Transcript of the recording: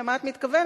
למה את מתכוונת?